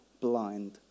blind